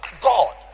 God